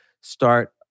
start